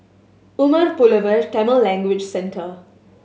Umar Pulavar Tamil Language Centre